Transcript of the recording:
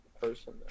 person